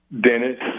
Dennis